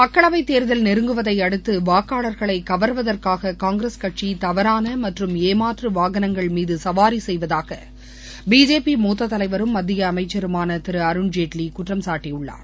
மக்களவை தேர்தல் நெருங்குவதை அடுத்து வாக்காளர்களை கவர்வதற்காக காங்கிரஸ் கட்சி தவறான மற்றும் ஏமாற்று வாகனங்கள் மீது சவாரி செய்வதாக பிஜேபி மூத்த தலைவரும் மத்திய அமைச்சருமான திரு அருண் ஜேட்லி குற்றம் சாட்டியுள்ளார்